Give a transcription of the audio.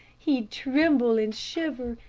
he'd tremble and shiver,